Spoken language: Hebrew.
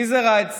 מי זה ראאד סלאח?